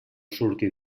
surti